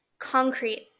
Concrete